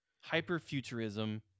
hyper-futurism